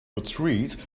retreat